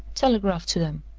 telegraph to them!